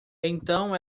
então